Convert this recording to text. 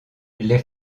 les